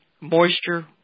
moisture